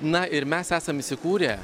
na ir mes esam įsikūrę